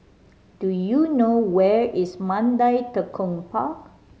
do you know where is Mandai Tekong Park